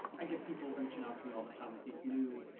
i get people reaching out to me all the time with these new